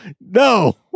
No